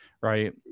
right